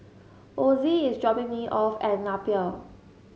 Osie is dropping me off at Napier